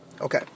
Okay